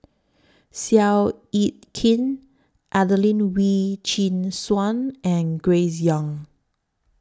Seow Yit Kin Adelene Wee Chin Suan and Grace Young